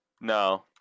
No